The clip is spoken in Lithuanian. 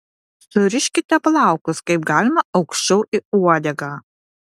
suriškite plaukus kaip galima aukščiau į uodegą